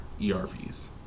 ERVs